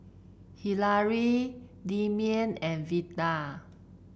Hillary Demian and Veda